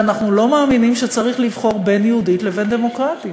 ואנחנו לא מאמינים שצריך לבחור בין יהודית לבין דמוקרטית.